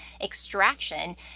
extraction